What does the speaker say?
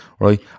right